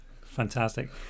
Fantastic